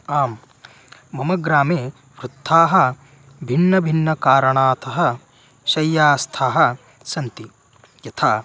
आम् मम ग्रामे वृद्धाः भिन्नभिन्नकारणतः शैय्यास्थाः सन्ति यथा